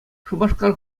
шупашкар